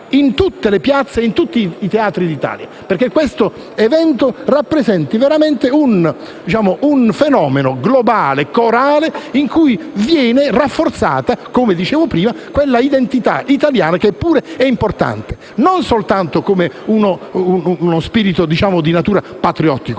in tutte le piazze e i teatri d'Italia, affinché questo evento rappresenti veramente un fenomeno globale e corale, in cui sia rafforzata - come dicevo prima - l'identità italiana, che pure è importante, non soltanto come uno spirito di natura patriottica,